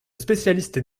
spécialiste